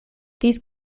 these